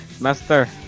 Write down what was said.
master